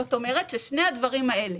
זאת אומרת, שני הדברים האלה